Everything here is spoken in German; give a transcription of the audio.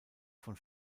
von